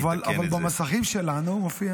אני מזמין את חבר הכנסת אליהו רביבו,